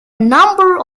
number